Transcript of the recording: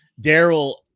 Daryl